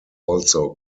also